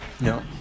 No